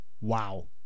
wow